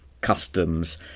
customs